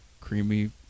creamy